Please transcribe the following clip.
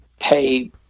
pay